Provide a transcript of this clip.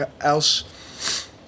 else